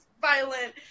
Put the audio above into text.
violent